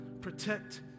protect